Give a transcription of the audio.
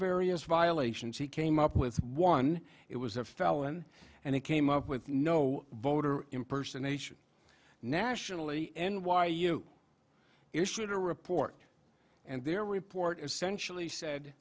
various violations he came up with one it was a felon and it came up with no voter impersonation nationally n y u issued a report and their report essentially said